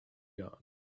yard